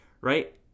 Right